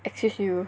excuse you